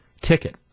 ticket